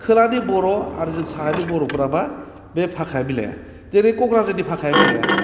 खोलानि बर' आरो जों साहानि बर'फोरा मा बे भाखाया मिलाया जेरै क'क्राझारनि भाखाया मिलाया